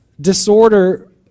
disorder